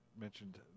mentioned